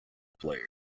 players